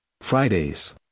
Fridays